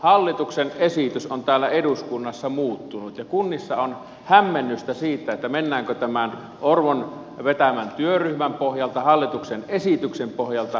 hallituksen esitys on täällä eduskunnassa muuttunut ja kunnissa on hämmennystä siitä että mennäänkö tämän orpon vetämän työryhmän pohjalta hallituksen esityksen pohjalta